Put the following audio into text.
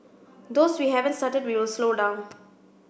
those we haven't started we'll slow down